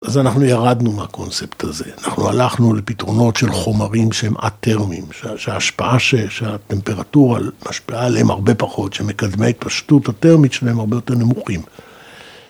אז אנחנו ירדנו מהקונספט הזה, אנחנו הלכנו לפתרונות של חומרים שהם אטרמיים, שההשפעה שהם, שהטמפרטורה משפיעה עליהם הרבה פחות, שמקדמיית פשטות הטרמית שלהם הרבה יותר נמוכים.